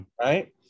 right